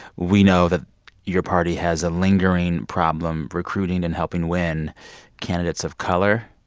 we know that your party has a lingering problem recruiting and helping win candidates of color.